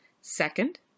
Second